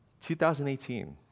2018